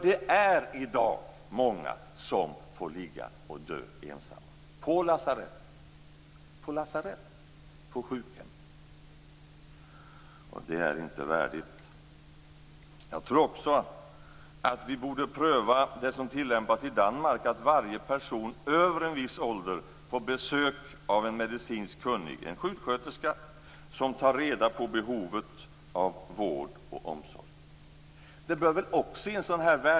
Det är i dag många som får ligga och dö ensamma, på lasarett och på sjukhem. Det är inte värdigt. Jag tycker också att vi borde pröva det som tilllämpas i Danmark, att varje person över en viss ålder får besök av en medicinskt kunnig person, en sjuksköterska, som tar reda på behovet av vård och omsorg.